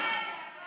בעד, 17, נגד,